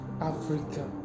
africa